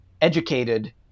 educated